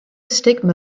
stigma